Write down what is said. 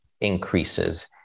increases